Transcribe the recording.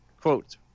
Quote